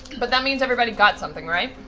but that means everybody got something, right?